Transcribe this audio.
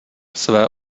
své